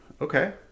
okay